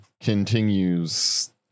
continues